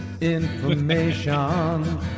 information